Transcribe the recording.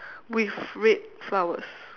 with red flowers